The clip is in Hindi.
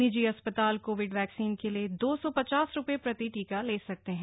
निजी अस्पताल कोविड वैक्सीन के लिए दौ सौ पचास रुपये प्रति टीका ले सकते हैं